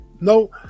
No